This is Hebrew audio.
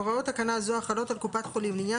הוראות תקנה זו החלות על קופת חולים לעניין